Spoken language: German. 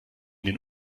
den